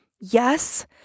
Yes